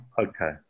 Okay